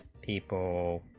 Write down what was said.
people